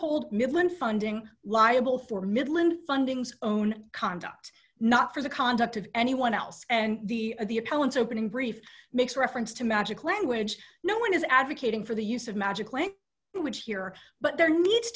hold milind funding liable for midland fundings own conduct not for the conduct of anyone else and the the appellants opening brief makes reference to magic language no one is advocating for the use of magic lang which here but there needs